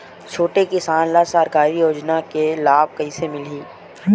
छोटे किसान ला सरकारी योजना के लाभ कइसे मिलही?